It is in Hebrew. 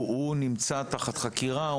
הוא נמצא תחת חקירה,